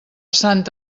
sant